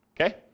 Okay